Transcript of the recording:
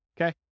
okay